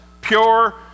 pure